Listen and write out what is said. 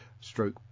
stroke